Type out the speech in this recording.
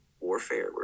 warfare